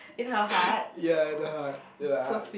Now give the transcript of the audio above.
ya it a hut it a hut